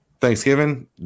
thanksgiving